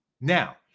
Now